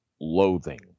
loathing